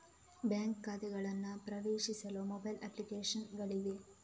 bank ಖಾತೆಗಳನ್ನು ಪ್ರವೇಶಿಸಲು mobile application ಗಳಿವೆ